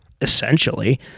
essentially